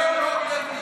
כדי לא לאחר למוקטעה.